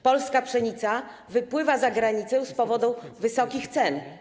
Polska pszenica wypływa za granicę z powodu wysokich cen.